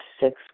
six